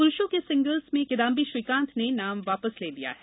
पुरुषों के सिंगल्स में किदांबी श्रीकांत ने नाम वापस ले लिया है